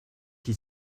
qui